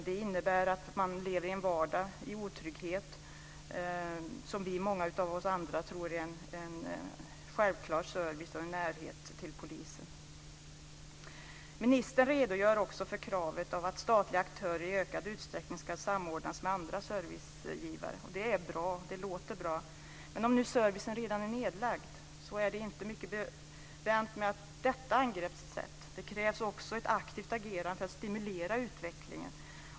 Det innebär att man lever i en vardag i otrygghet, utan det som många av oss andra tror är en självklar service, nämligen närhet till polisen. Ministern redogör också för kravet att statliga aktörer i ökad utsträckning ska samordnas med andra servicegivare. Det är bra. Det låter bra. Men om nu servicen redan är nedlagd är det inte mycket bevänt med detta angreppssätt. Det krävs också ett aktivt agerande för att stimulera utvecklingen.